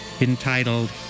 entitled